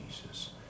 Jesus